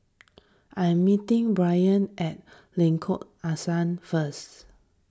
I am meeting Braiden at Lengkok Angsa first